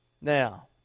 Now